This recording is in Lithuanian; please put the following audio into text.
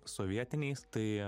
sovietiniais tai